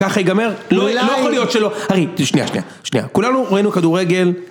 ככה ייגמר? לא יכול להיות שלא, הרי, שנייה, שנייה, שנייה, כולנו ראינו כדורגל